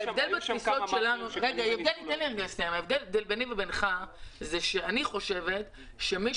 אבל ההבדל ביני ובינך זה שאני חושבת שמי